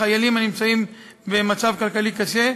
לחיילים הנמצאים במצב כלכלי קשה.